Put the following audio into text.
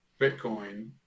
Bitcoin